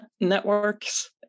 networks